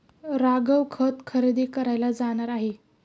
राघव खत खरेदी करायला जाणार आहे